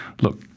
look